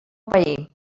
pair